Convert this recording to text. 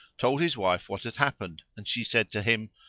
told his wife what had happened and she said to him,